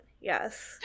yes